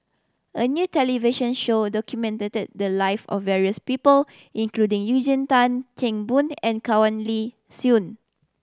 a new television show documented the live of various people including Eugene Tan Kheng Boon and Soin